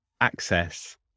access